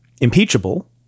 impeachable